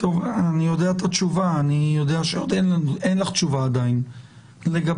אני יודע את התשובה ואני יודע שעדיין אין לך תשובה לגבי